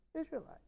Israelites